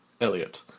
Elliot